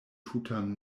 tutan